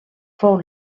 fou